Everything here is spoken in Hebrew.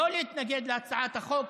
לא להתנגד להצעת החוק